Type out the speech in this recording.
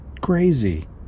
Crazy